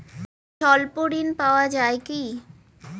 স্বল্প ঋণ পাওয়া য়ায় কি?